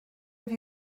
have